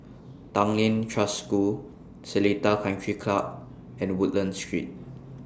Tanglin Trust School Seletar Country Club and Woodlands Street